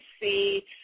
see